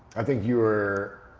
i think you are,